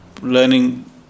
learning